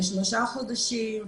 לשלושה חודשים,